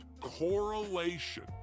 correlation